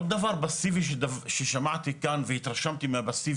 עוד דבר פאסיבי ששמעתי כאן והתרשמתי ממנו,